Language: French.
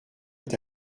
est